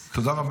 תודה רבה.